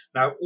Now